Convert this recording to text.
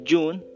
June